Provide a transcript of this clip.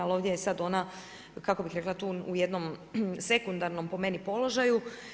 Ali ovdje je sad ona kako bih rekla tu u jednom sekundarnom po meni položaju.